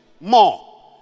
more